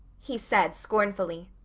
he said scornfully,